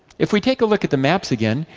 if we take a look at the maps again,